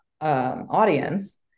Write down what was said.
audience